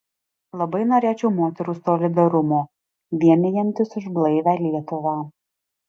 labai norėčiau moterų solidarumo vienijantis už blaivią lietuvą